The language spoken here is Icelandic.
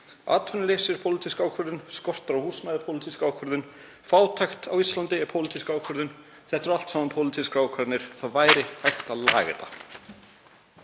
Atvinnuleysi er pólitísk ákvörðun. Skortur á húsnæði er pólitísk ákvörðun. Fátækt á Íslandi er pólitísk ákvörðun. Þetta eru allt saman pólitískar ákvarðanir. Það væri hægt að laga þetta.